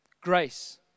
Grace